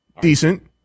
Decent